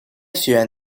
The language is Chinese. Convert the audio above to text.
学院